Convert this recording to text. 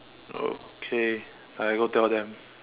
okay I go tell them